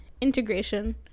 integration